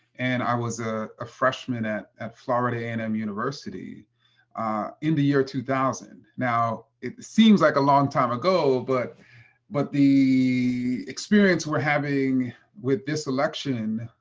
and i was ah a freshman at at florida a and m university in the year two thousand. now it seems like a long time ago, but but the experience we're having with this election,